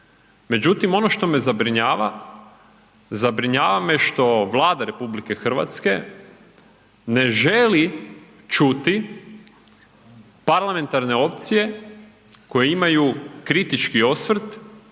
Međutim, ono što me zabrinjavanja, zabrinjava me što Vlada RH ne želi čuti parlamentarne opcije koje imaju kritički osvrt